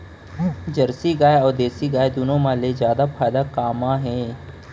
Jersey गाय अऊ देसी गाय दूनो मा ले जादा फायदा का मा हे?